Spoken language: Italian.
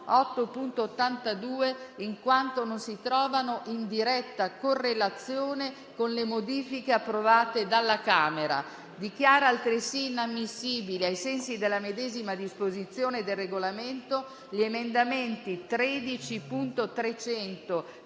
8.82 in quanto non si trovano in diretta correlazione con le modifiche approvate dalla Camera. Dichiaro altresì inammissibile, ai sensi della medesima disposizione del Regolamento, gli emendamenti 13.300